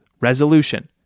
Resolution